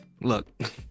look